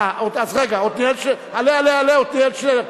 אה, רגע, עלה, עלה עתניאל שנלר.